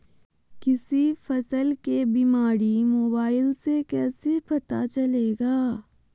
किसी फसल के बीमारी मोबाइल से कैसे पता चलेगा?